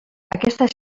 aquesta